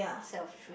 set of three